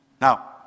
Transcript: Now